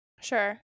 Sure